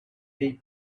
they